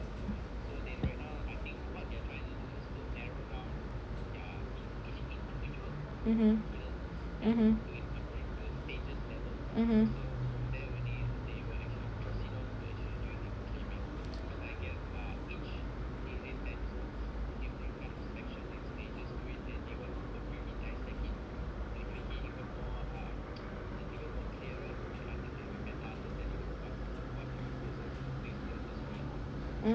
mmhmm mmhmm mmhmm